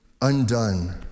undone